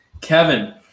Kevin